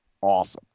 awesome